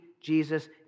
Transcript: Jesus